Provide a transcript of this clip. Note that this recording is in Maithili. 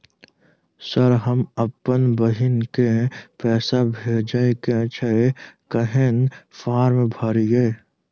सर हम अप्पन बहिन केँ पैसा भेजय केँ छै कहैन फार्म भरीय?